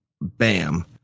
bam